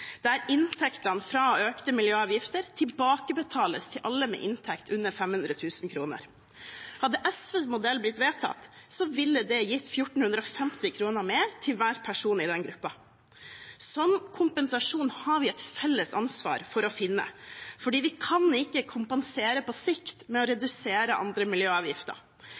der inntektene fra økte miljøavgifter tilbakebetales til alle med inntekt under 500 000 kr. Hadde SVs modell blitt vedtatt, ville det ha gitt 1 450 kr mer til hver person i den gruppen. Slik kompensasjon har vi et felles ansvar for å finne, for vi kan ikke kompensere på sikt med å redusere andre miljøavgifter.